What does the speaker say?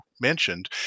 mentioned